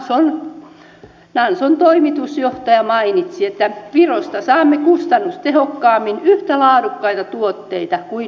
ja yksioikoisesti nanson toimitusjohtaja mainitsi että virosta saamme kustannustehokkaammin yhtä laadukkaita tuotteita kuin nokialta